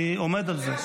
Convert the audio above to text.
אני עומד על זה.